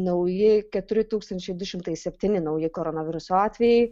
nauji keturi tūkstančiai du šimtai septyni nauji koronaviruso atvejai